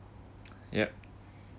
yup